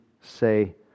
say